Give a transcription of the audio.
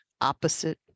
opposite